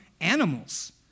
animals